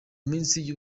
munsi